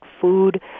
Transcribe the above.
food